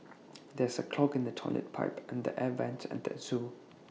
there is A clog in the Toilet Pipe and the air Vents at the Zoo